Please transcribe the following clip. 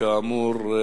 כאמור,